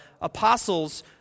apostles